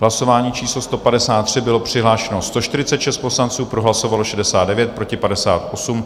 Hlasování číslo 153, bylo přihlášeno 146 poslanců, pro hlasovalo 69, proti 58.